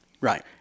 Right